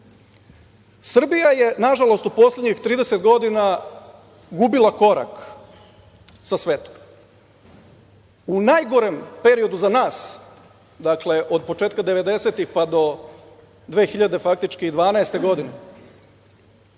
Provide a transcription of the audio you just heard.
Srbija je, nažalost, u poslednjih 30 godina gubila korak sa svetom. U najgorem periodu za nas, dakle, od početka devedesetih, pa do 2012. godine,